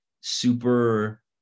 super